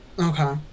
Okay